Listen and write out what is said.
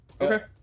Okay